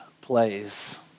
plays